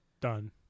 done